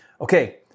Okay